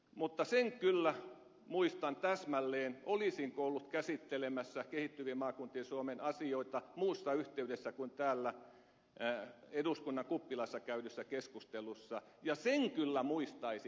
mutta sen kyllä muistan täsmälleen olisinko ollut käsittelemässä kehittyvien maakuntien suomen asioita muussa yhteydessä kuin täällä eduskunnan kuppilassa käydyssä keskustelussa ja sen kyllä muistaisin